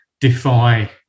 defy